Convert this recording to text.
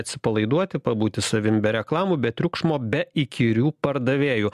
atsipalaiduoti pabūti savim be reklamų be triukšmo be įkyrių pardavėjų